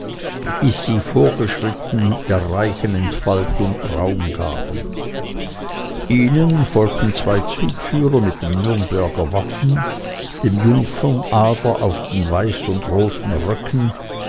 bis sie vorgeschritten der reichen entfaltung raum gaben ihnen folgten zwei zugfahrer mit dem nürnberger wappen dem jungfernadler auf den weiß und roten röcken